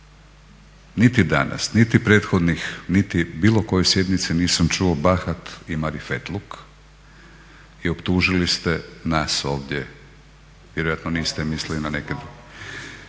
Niti danas, niti prethodnih, niti bilo kojoj sjednici nisam čuo bahat i marifetluk i optužili ste nas ovdje, vjerojatno niste mislili na neke.